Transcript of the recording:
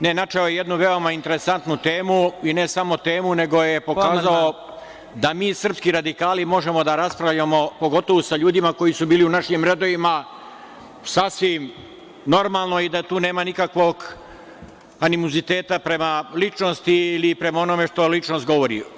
Ne, načeo je jednu veoma interesantnu temu i ne samo temu nego je pokazao da mi srpski radikali možemo da raspravljamo pogotovo sa ljudima koji su bili u našim redovima sasvim normalno i da tu nema nikakvog animoziteta prema ličnosti ili prema onome što ličnost govori.